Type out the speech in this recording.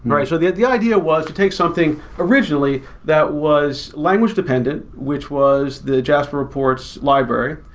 and right? so the the idea was to take something originally that was language dependent, which was the jasperreports library,